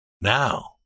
Now